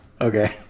Okay